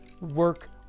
work